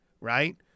right